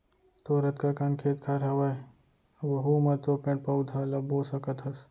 तोर अतका कन खेत खार हवय वहूँ म तो पेड़ पउधा ल बो सकत हस